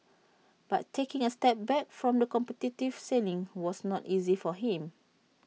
but taking A step back from the competitive sailing was not easy for him